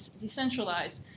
decentralized